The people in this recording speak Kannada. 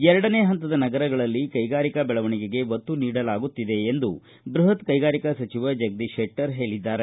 ಎರಡನೇ ಹಂತದ ನಗರಗಳಲ್ಲಿ ಕೈಗಾರಿಕಾ ಬೆಳವಣಿಗೆಗೆ ಒತ್ತು ನೀಡಲಾಗುತ್ತಿದೆ ಎಂದು ಬೃಹತ್ ಕೈಗಾರಿಕಾ ಸಚಿವ ಜಗದೀಶ ಶೆಟ್ಟರ್ ಹೇಳಿದ್ದಾರೆ